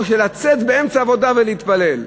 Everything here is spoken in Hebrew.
או אתן לצאת באמצע העבודה ולהתפלל.